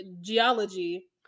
geology